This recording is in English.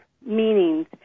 meanings